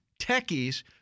techies